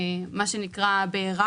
מה שנקרא בערה